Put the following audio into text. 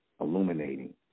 illuminating